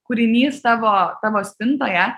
kūrinys savo tavo spintoje